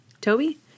Toby